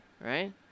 right